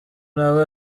nawe